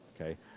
okay